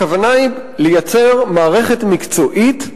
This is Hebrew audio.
הכוונה היא לייצר מערכת מקצועית,